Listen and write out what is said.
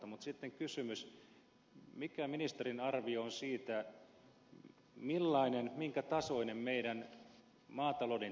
mutta sitten kysymys mikä ministerin arvio on siitä minkä tasoinen meidän maatalouden tutkimus on